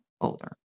older